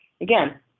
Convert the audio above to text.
Again